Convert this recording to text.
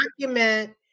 document